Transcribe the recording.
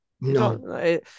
No